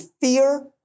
fear